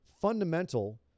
fundamental